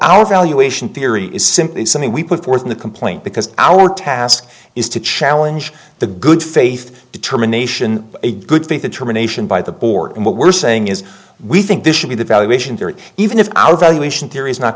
our valuation theory is simply something we put forth in the complaint because our task is to challenge the good faith determination a good faith the termination by the board and what we're saying is we think this should be the valuation even if our valuation theory is not